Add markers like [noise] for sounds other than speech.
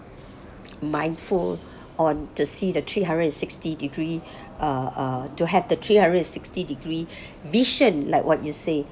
mindful on to see the three hundred and sixty degrees [breath] uh uh to have the three hundred and sixty degrees [breath] mission like what you said